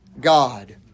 God